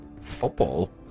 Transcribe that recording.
football